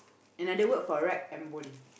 another word for rag and bone